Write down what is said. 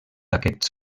aquests